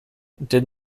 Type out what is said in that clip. did